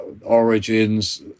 origins